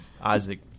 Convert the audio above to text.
Isaac